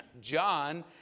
John